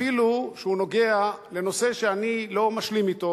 אפילו שהוא נוגע לנושא שאני לא משלים אתו